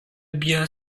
bia